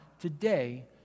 today